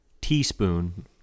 teaspoon